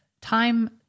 time